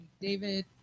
David